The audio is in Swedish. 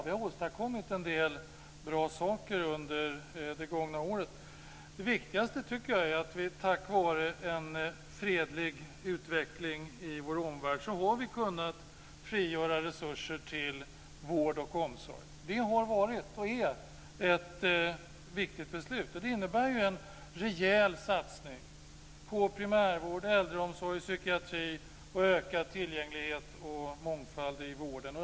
Vi har åstadkommit en del bra saker under det gångna året. Det viktigaste tycker jag är att vi tack vare en fredlig utveckling i vår omvärld har kunnat frigöra resurser till vård och omsorg. Det har varit, och är, ett viktigt beslut. Det innebär en rejäl satsning på primärvård, äldreomsorg och psykiatri samt ökad tillgänglighet och mångfald i vården.